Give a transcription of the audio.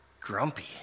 grumpy